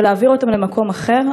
ולהעביר אותם למקום אחר,